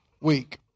week